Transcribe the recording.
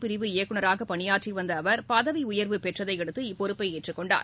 பிரிவு இயக்குநகராக பணியாற்றி வந்த அவர் பதவி உயர்வு பெற்றதை அடுத்து இப்பொறுப்பினை ஏற்றுக் கொண்டார்